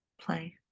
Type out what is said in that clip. play